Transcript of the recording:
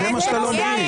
זה מה שאתה לא מבין.